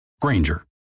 Granger